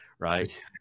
right